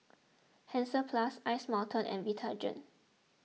Hansaplast Ice Mountain and Vitagen